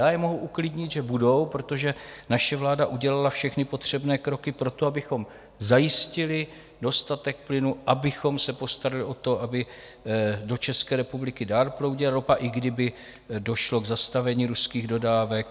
Já je mohu uklidnit, že budou, protože naše vláda udělala všechny potřebné kroky pro to, abychom zajistili dostatek plynu, abychom se postarali o to, aby do České republiky dál proudila ropa, i kdyby došlo k zastavení ruských dodávek.